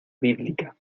bíblica